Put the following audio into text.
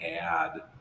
add